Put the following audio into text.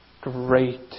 great